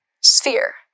sphere